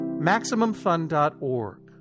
Maximumfun.org